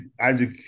isaac